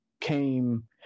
came